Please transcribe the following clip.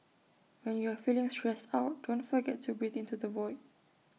when you are feeling stressed out don't forget to breathe into the void